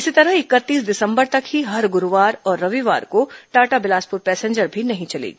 इसी तरह इकतीस दिसंबर तक ही हर गुरूवार और रविवार को टाटा बिलासपुर पैसेंजर भी नहीं चलेगी